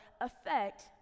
affect